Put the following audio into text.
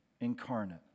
incarnate